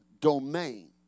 domain